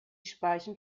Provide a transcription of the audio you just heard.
speichen